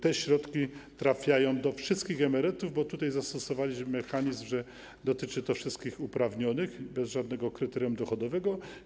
Te środki trafiają do wszystkich emerytów, bo tutaj zastosowaliśmy mechanizm, że dotyczy to wszystkich uprawnionych, bez żadnego kryterium dochodowego.